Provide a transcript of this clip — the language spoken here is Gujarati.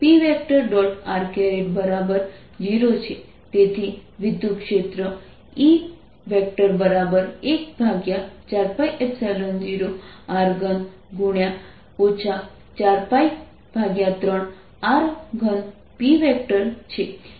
r0 છે તેથી વિદ્યુતક્ષેત્ર E 14π0 r3× 4π3R3Pછે P પોલરાઇઝેશન છે